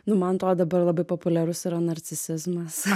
nu man atrodo dabar labai populiarus yra narcisizmas